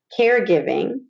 caregiving